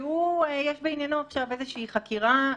שיש בענייננו עכשיו חקירה.